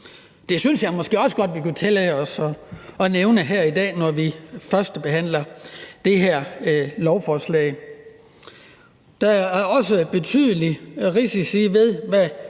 Det synes jeg måske også godt vi kunne tillade os at nævne her i dag, når vi førstebehandler det her lovforslag. Der er også betydelige risici, i